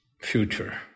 future